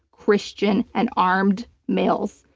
christian and armed males,